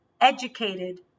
educated